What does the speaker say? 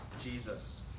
Jesus